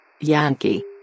Yankee